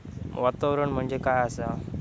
वातावरण म्हणजे काय आसा?